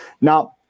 Now